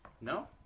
No